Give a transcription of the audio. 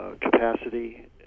capacity